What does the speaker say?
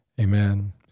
Amen